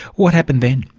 what happened then?